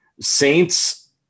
Saints